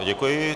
Děkuji.